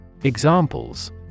Examples